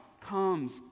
comes